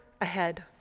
ahead